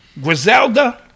Griselda